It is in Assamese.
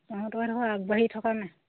তহঁতৰ সেইডোখৰ আগবাঢ়ি থকা নাই